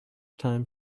time